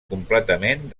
completament